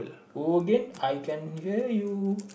oh Again I can't hear you